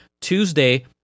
Tuesday